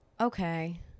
okay